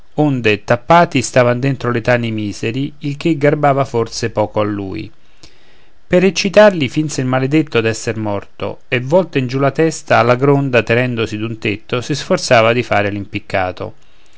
onde tappati stavano dentro le tane i miseri il che garbava forse poco a lui per eccitarli finse il maledetto d'essere morto e volta in giù la testa alla gronda tenendosi d'un tetto si sforzava di fare l'impiccato